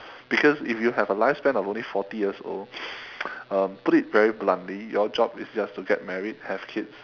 because if you have a lifespan of only forty years old um put it very bluntly your job is just to get married have kids